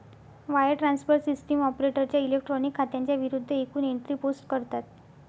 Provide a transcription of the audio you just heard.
wire transfer system ऑपरेटरच्या electronic खात्यांच्या विरूद्ध एकूण एंट्री पोस्ट करतात